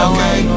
Okay